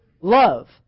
love